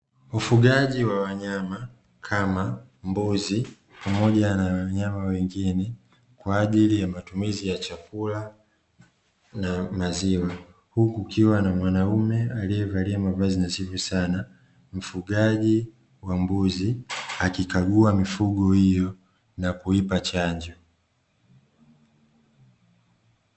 Ufugaji wa wanyama, kama mbuzi pamoja na wanyama wengine kwa ajili ya matumizi ya chakula na maziwa, huku kukiwa na mwanaume aliyevalia mavazi nadhifu sana mfugaji wa mbuzi akikagua mifugo hiyo na kuipa chanjo.